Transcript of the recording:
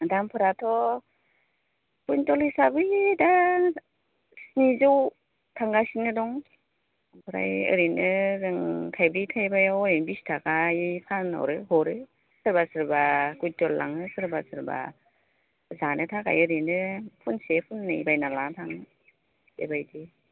दामफोराथ' quintal हिसाबै दा स्निजौ थांगासिनो दं ओमफ्राय ओरैनो जों थायब्रै थायबायाव ओरैनो बिसथाखायै फानहरो हरो सोरबा सोरबा कुइनटेल लाङो सोरबा सोरबा जानो थाखाय ओरैनो फनसे फननै बायना लाना थाङो बेबायदि